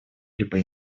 либо